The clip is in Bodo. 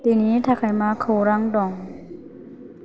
दिनैनि थाखाय मा खौरां दं